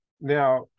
Now